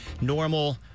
normal